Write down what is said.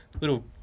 Little